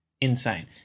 Insane